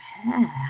hair